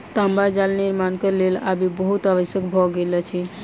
तांबा जाल निर्माणक लेल आबि बहुत आवश्यक भ गेल अछि